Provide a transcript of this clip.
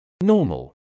Normal